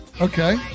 okay